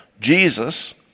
Jesus